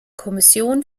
kommission